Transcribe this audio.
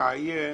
לעיין